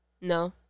No